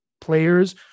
players